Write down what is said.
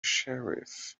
sheriff